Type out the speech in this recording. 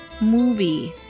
movie